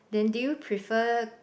then do you prefer